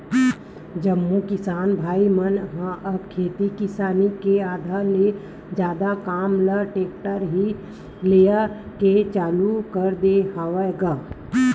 जम्मो किसान भाई मन ह अब खेती किसानी के आधा ले जादा काम ल टेक्टर ले ही लेय के चालू कर दे हवय गा